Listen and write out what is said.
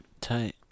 Tight